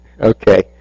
Okay